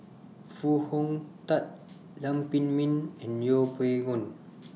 Foo Hong Tatt Lam Pin Min and Yeng Pway Ngon